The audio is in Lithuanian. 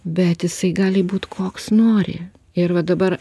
bet jisai gali būt koks nori ir va dabar